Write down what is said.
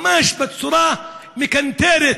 ממש בצורה מקנטרת,